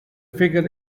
figure